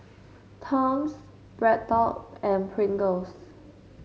Toms BreadTalk and Pringles